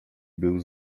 był